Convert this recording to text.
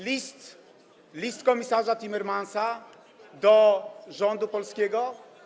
List komisarza Timmermansa do rządu polskiego?